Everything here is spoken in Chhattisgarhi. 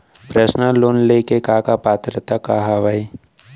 पर्सनल लोन ले के का का पात्रता का हवय?